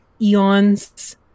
eons